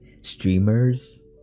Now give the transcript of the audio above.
streamers